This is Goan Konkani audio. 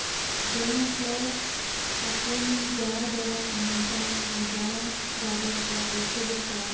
जण एकलो आपूण ज्या देवाक मानता किंवा ज्या जाग्यार आपल्याक वचचे दिसता